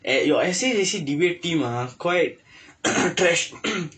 and you S_A_J_C debate team ah quite trash